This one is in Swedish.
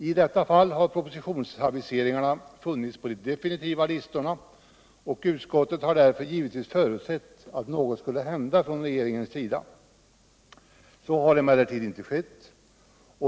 I detta fall har propositionsaviseringarna funnits på de definitiva listorna, och utskottet har därför givetvis förutsatt att något skulle hända från regeringens sida. Så har emellertid inte skett.